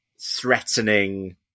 threatening